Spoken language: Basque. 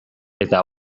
eta